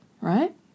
Right